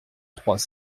trois